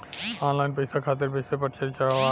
Online पैसा खातिर विषय पर चर्चा वा?